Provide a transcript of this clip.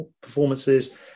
performances